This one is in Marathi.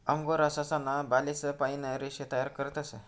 अंगोरा ससा ना बालेस पाइन रेशे तयार करतस